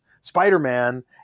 Spider-Man